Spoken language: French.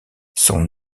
son